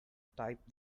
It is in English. type